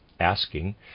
asking